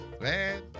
man